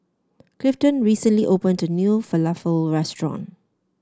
Clifton recently opened a new Falafel restaurant